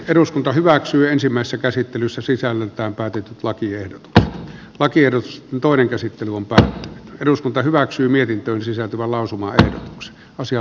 eduskunta hyväksyy ensimmäistä käsittelyssä sisällöltään päätetyt lakia jotta lupakierros toinen käsittely on pari eduskunta hyväksyi mietintöön sisältyvän lausumaehdotuksen osia